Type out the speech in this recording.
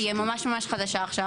כי היא ממש חדשה עכשיו.